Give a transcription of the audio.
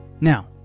Now